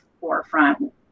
forefront